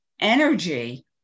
energy